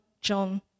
John